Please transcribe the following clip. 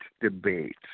debate